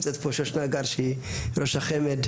נמצאת פה שוש נגר שהיא ראש החמ"ד.